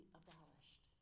abolished